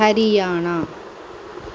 Haryana